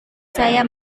saya